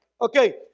Okay